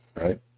Right